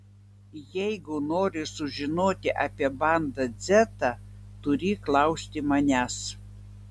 jeigu nori sužinoti apie banda dzeta turi klausti manęs